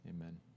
Amen